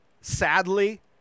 Sadly